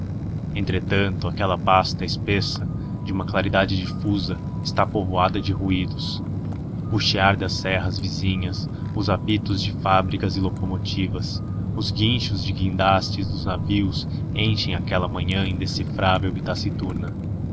entretanto aquela pasta espessa de uma claridade difusa está povoada de ruídos o chiar das serras vizinhas os apitos de fábricas e locomotivas os guinchos de guindastes dos navios enchem aquela manhã indecifrável